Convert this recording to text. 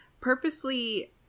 purposely